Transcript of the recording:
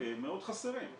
מאוד חסרים.